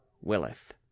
willeth